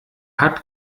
hat